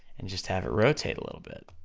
and just have it rotate a little bit.